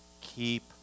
Keep